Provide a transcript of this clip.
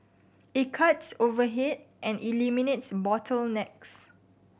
it cuts overhead and eliminates bottlenecks